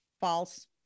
false